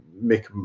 make